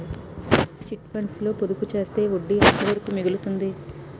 Chit funds లో పొదుపు చేస్తే వడ్డీ ఎంత వరకు మిగులుతుంది?